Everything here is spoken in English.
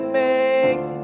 make